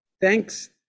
Thanks